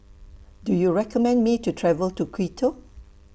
Do YOU recommend Me to travel to Quito